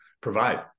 provide